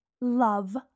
Love